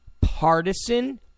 partisan